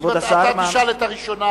אתה תשאל את הראשונה,